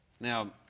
Now